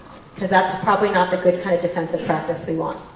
because that's probably not the good kind of defensive practice we want.